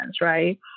right